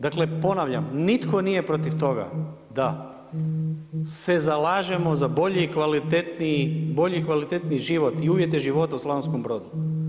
Dakle, ponavljam nitko nije protiv toga da se zalažemo za bolji i kvalitetniji život i uvjete života u Slavonskom Brodu.